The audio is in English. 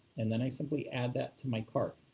and then i simply add that to my cart.